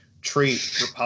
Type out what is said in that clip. treat